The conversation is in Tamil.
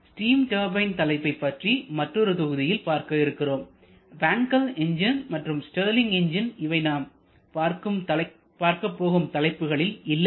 ஸ்டீம் டர்பைன் தலைப்பை பற்றி மற்றொரு தொகுதியில் பார்க்கவிருக்கிறோம் வேன்கல் என்ஜின் மற்றும் ஸ்டெர்லிங் என்ஜின் இவை நாம் பார்க்கப்போகும் தலைப்புகளில் இல்லை